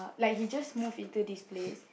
like he just move into this place